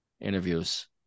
interviews